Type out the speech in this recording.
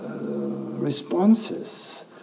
responses